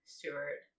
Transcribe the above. Stewart